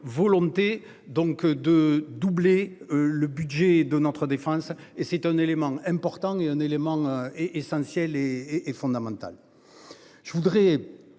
volonté donc de doubler le budget de notre défense et c'est un élément important et un élément est essentiel et est fondamental. Je voudrais.